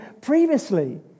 previously